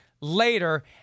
later